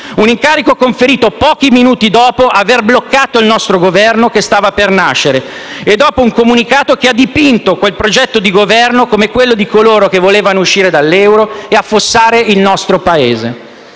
Un incarico conferito pochi minuti dopo aver bloccato il nostro Governo, che stava per nascere, e dopo un comunicato che ha dipinto quel progetto di Governo come quello di coloro che volevano uscire dall'euro e affossare il nostro Paese.